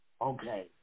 Okay